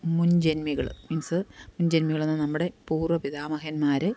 മുൻജന്മികള് means മുൻജൻമികളെന്ന് പറഞ്ഞാല് നമ്മുടെ പൂർവ്വപിതാമഹന്മാര്